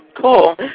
Cool